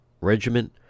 Regiment